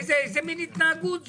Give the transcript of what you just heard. איזו התנהגות זו?